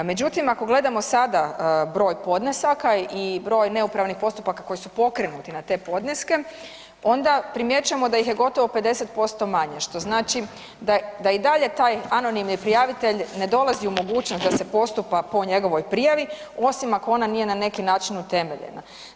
Međutim, ako gledamo sada broj podnesaka i broj neupravnih postupaka koji su pokrenuti na te podneske onda primjećujemo da ih je gotovo 50% manje što znači da i dalje taj anonimni prijavitelj ne dolazi u mogućnost da se postupa po njegovoj prijavi osim ako ona nije na neki način utemeljena.